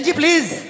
please